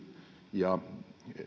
ja